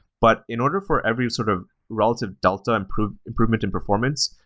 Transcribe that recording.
but in order for every sort of relative delta improvement improvement and performance,